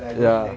ya